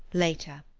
later.